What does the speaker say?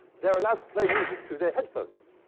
they're allowed to play music through their headphones.